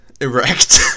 Erect